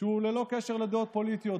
שהוא ללא קשר לדעות פוליטיות,